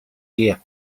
year